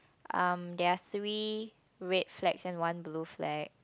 um there are three red flags and one blue flag